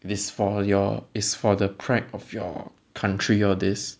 this for your it's for the pride of your country all this